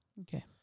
Okay